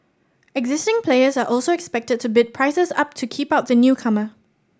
existing players are also expected to bid prices up to keep out the newcomer